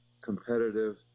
competitive